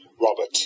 Robert